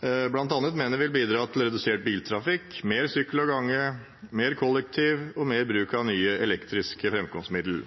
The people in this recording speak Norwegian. bl.a. mener vil bidra til redusert biltrafikk, mer sykkel og gange, mer kollektiv og mer bruk av nye elektriske framkomstmidler.